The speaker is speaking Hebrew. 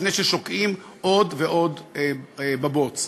לפני ששוקעים עוד ועוד בבוץ.